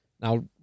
Now